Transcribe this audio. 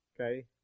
okay